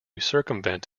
circumvent